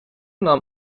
nam